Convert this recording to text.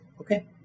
okay